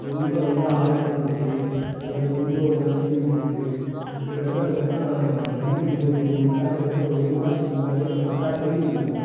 ரொம்ப நல்லா ஆயத்தப்படுத்தி அதோடய கொம்பை ஒரு மாதிரி சீவிவிட்டு கிட்டத்தட்ட நாங்கள் பார்த்திங்கன்னா ஜல்லிக்கட்டு போட்டி இன்றைக்கு நடக்குதுன்னால் ஒரு ஒரு மாதத்துக்கு முன்னாடியே பக்காவா ட்ரெய்னிங் கொடுப்போம்